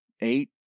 eight